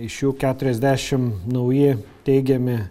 iš jų keturiasdešimt nauji teigiami